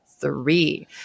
three